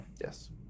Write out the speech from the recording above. Yes